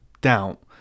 doubt